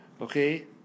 Okay